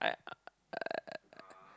I uh